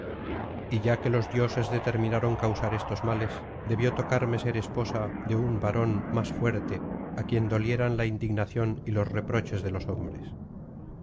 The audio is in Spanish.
y ya que los dioses determinaron causar estos males debió tocarme ser esposa de un varon más fuerte á quien dolieran la indignación y los reproches de los hombres